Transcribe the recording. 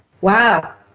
wow